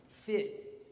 fit